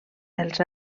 els